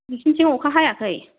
नोंसिनिथिं अखा हायाखै